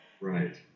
Right